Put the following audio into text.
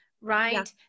right